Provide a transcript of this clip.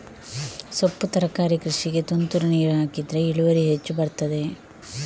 ಸೊಪ್ಪು ತರಕಾರಿ ಕೃಷಿಗೆ ತುಂತುರು ನೀರು ಹಾಕಿದ್ರೆ ಇಳುವರಿ ಹೆಚ್ಚು ಬರ್ತದ?